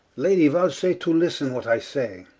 lady, vouchsafe to listen what i say